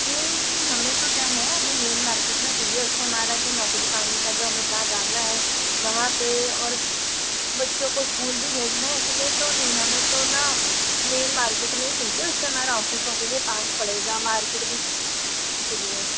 नहीं नहीं नहीं हमें तो क्या है हमें मेन मार्केट में चाहिए उससे हमारा क्या है हमारा नौकरी पाने का जो हमे जहाँ जाना है वहाँ पे और बच्चों को स्कूल भी भेजना है इसलिए तो नहीं हमें तो ना मेन मार्केट में ही चाहिए उससे हमारा ऑफिस तॉफिस भी पास पड़ेगा मार्किट भी इसीलिए